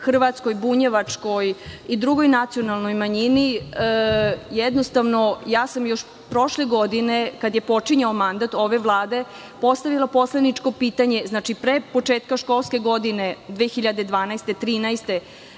hrvatskoj, bunjevačkoj i drugoj nacionalnoj manjini, jednostavno, ja sam još prošle godine kada je počinjao mandat ove Vlade postavila poslaničko pitanje, pre početka školske godine 2012, 2013.